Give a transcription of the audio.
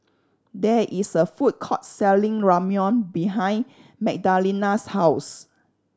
there is a food court selling Ramyeon behind Magdalena's house